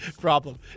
problem